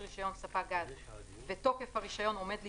רישיון ספק גז ותוקף הרישיון עומד לפקוע,